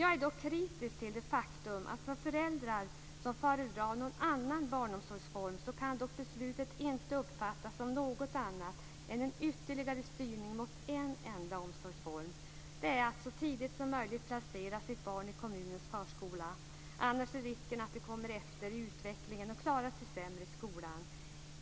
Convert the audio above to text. Jag är dock kritisk till det faktum att föräldrar som föredrar någon annan barnomsorgsform inte kan uppfatta beslutet som något annat än ytterligare styrning mot en enda omsorgsform. Man skall så tidigt som möjligt placera sitt barn i kommunens förskola, annars är risken att det kommer efter i utvecklingen och klarar sig sämre i skolan.